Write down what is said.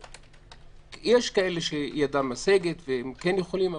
יש כאלה שידם משגת והם כן יכולים,